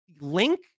Link